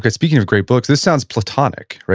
but speaking of great books, this sounds platonic.